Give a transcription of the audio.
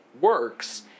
works